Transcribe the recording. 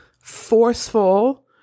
forceful